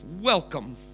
Welcome